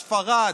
ספרד,